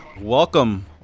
welcome